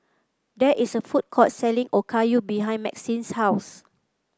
there is a food court selling Okayu behind Maxine's house